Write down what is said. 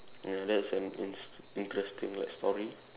ya that's an in~ interesting like story